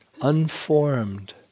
unformed